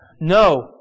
No